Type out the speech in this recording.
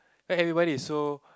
then everybody is so